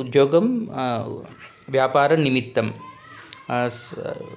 उद्योगं व्यापारनिमित्तम् अस्तु